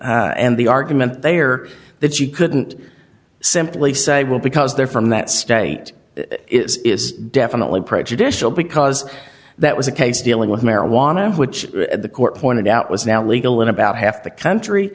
colorado and the argument they are that you couldn't simply say well because they're from that state it's definitely prejudicial because that was a case dealing with marijuana which the court pointed out was now legal in about half the country